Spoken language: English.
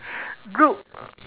group